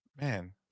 man